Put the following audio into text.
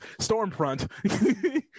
stormfront